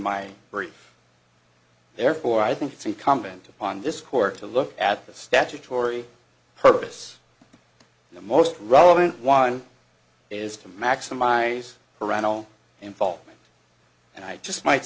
my brief therefore i think it's incumbent upon this court to look at the statutory purpose the most relevant one is to maximise parental involvement and i just might